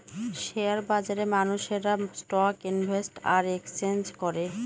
share বাজারে মানুষেরা stock invest আর এক্সচেঞ্জ করে